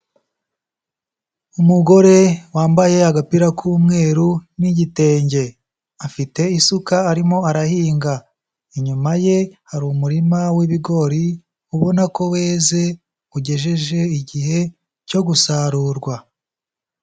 Umugore wambaye agapira k'umweru n'igitenge, afite isuka arimo arahinga inyuma ye hari umurima w'ibigori ubona ko weze ugejeje igihe cyo gusarurwa.